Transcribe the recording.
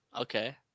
Okay